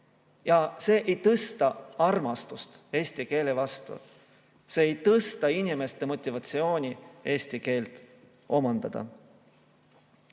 See ei suurenda armastust eesti keele vastu, see ei suurenda inimeste motivatsiooni eesti keelt omandada.